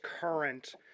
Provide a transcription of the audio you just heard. current